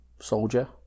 soldier